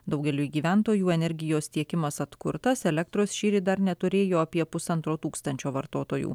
daugeliui gyventojų energijos tiekimas atkurtas elektros šįryt dar neturėjo apie pusantro tūkstančio vartotojų